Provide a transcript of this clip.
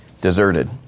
deserted